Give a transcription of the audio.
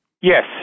Yes